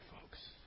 folks